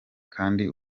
kandi